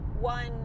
one